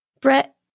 Brett